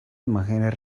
imágenes